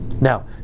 Now